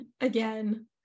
again